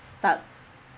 stuck